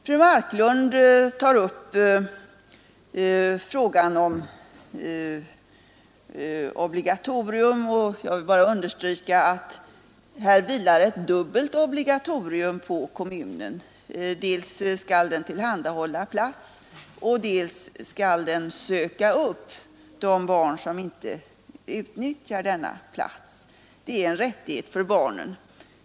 Fru Marklund tar upp frågan om obligatorium. Jag vill understryka att här vilar ett dubbelt obligatorium på kommunen: dels skall den tillhandahålla platser, dels skall den söka upp de barn som inte utnyttjar dessa platser. Förskolan är en rättighet för barnen.